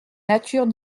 nature